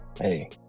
hey